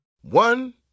One